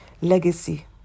Legacy